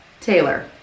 Taylor